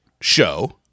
Show